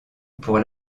pour